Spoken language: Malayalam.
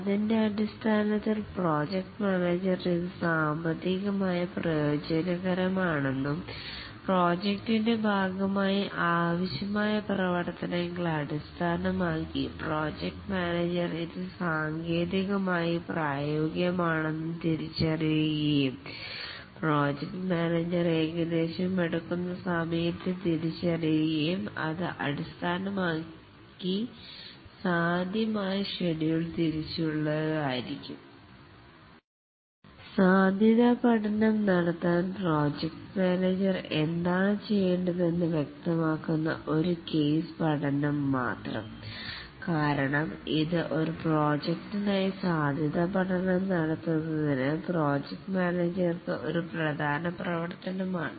അതിൻറെ അടിസ്ഥാനത്തിൽ പ്രോജക്ട് മാനേജർ ഇത് സാമ്പത്തികമായി പ്രോയോജനകരമാണെന്നും പ്രോജക്ടിൻറെ ഭാഗമായി ആവശ്യമായ പ്രവർത്തനങ്ങളെ അടിസ്ഥാനമാക്കി പ്രോജക്ട് മാനേജർ അത് സാങ്കേതികമായി പ്രയോഗികമാണെന്ന്തിരിച്ചറിയുകകയും പ്രോജക്ട് മാനേജർ ഏകദേശം എടുക്കുന്ന സമയത്തെ തിരിച്ചറിയുകയും അത് അടിസ്ഥാനമാക്കി സാധ്യമായ ഷെഡ്യൂൾ തിരിച്ചുള്ളതായിരിക്കും സാധ്യതാ പഠനം നടത്താൻ പ്രോജക്റ്റ് മാനേജർ എന്താണ് ചെയ്യേണ്ടത് എന്ന് വ്യക്തമാക്കുന്ന ഒരു കേസ് പഠനം മാത്രം കാരണം ഇത് ഒരു പ്രോജക്ടിനായി സാധ്യത പഠനം നടത്തുന്നതിന് പ്രോജക്ട് മാനേജർക്ക് ഒരു പ്രധാന പ്രവർത്തനമാണ്